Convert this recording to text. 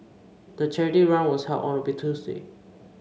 the charity run was held on a Tuesday